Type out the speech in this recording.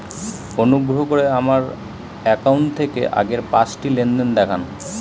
অনুগ্রহ করে আমার অ্যাকাউন্ট থেকে আগের পাঁচটি লেনদেন দেখান